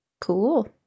Cool